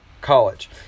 college